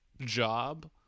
job